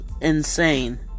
insane